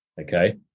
Okay